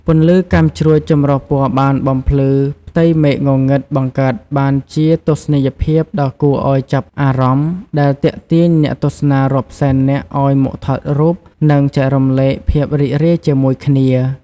ពន្លឺកាំជ្រួចចម្រុះពណ៌បានបំភ្លឺផ្ទៃមេឃងងឹត បង្កើតបានជាទស្សនីយភាពដ៏គួរឲ្យចាប់អារម្មណ៍ ដែលទាក់ទាញអ្នកទស្សនារាប់សែននាក់ឲ្យមកថតរូប និងចែករំលែកភាពរីករាយជាមួយគ្នា។